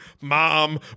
Mom